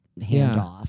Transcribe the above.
handoff